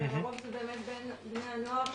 לרוב זה באמת בין בני הנוער.